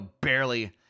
barely